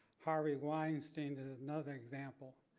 harvey weinstein is is another example,